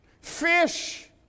fish